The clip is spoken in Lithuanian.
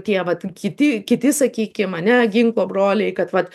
tie vat kiti kiti sakykim ane ginklo broliai kad vat